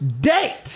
date